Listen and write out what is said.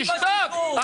תשתוק,